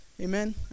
Amen